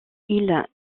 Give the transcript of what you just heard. ils